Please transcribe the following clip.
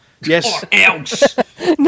Yes